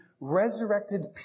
resurrected